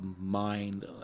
mind